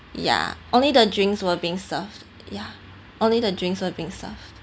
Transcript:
ya only the drinks were being served ya only the drinks were being served